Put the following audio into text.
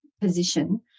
position